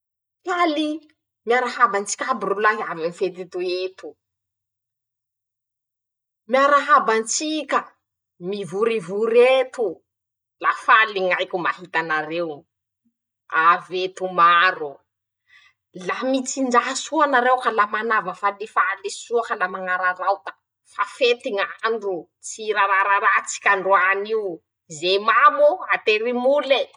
<...>Faly, miarahaba antsika aby rolahy avy aminy fety toy etoo, miarahaba antsika mivorivory eto, la faly ñaiko mahita anareo avy eto maro. Laha mitsinjaha soa nareo, ka laha manava falifaly soa, ka la mañararaota, fa fety ñ'andro, tsy rararara tsika androanio, ze mamo atery mole.